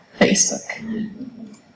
Facebook